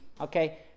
Okay